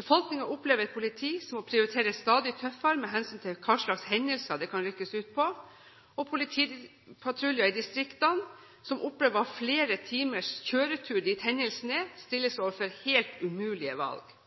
Befolkningen opplever et politi som må prioritere stadig tøffere med hensyn til hvilke hendelser det kan rykkes ut på. Politipatruljer i distriktene som opplever å ha flere timers kjøretur dit hendelsen er, stilles overfor helt umulige valg.